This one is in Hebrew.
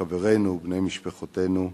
חברינו, בני משפחותינו.